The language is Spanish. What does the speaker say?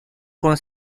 con